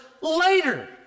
later